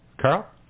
Carl